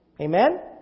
Amen